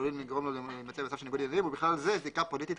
העלולים לגרום לו להימצא במצב של ניגוד עניינים ובכלל זה זיקה פוליטית,